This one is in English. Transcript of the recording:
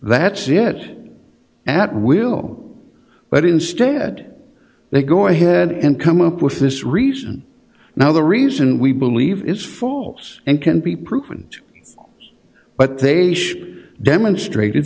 that's it at will but instead they go ahead and come up with this reason now the reason we believe is false and can be proven but they demonstrated